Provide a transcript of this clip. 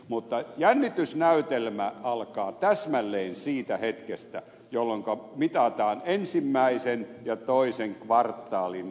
mutta jännitysnäytelmä alkaa täsmälleen siitä hetkestä jolloinka mitataan kreikan ensimmäisen ja toisen kvartaalin kunto